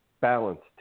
balanced